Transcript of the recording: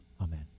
Amen